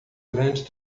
grande